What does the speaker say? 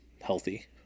healthy